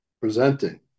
presenting